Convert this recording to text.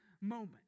moment